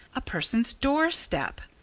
a person's doorstep.